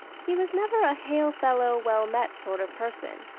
he was never a hail-fellow-well-met sort of person.